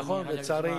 נכון, לצערי